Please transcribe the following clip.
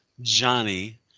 Johnny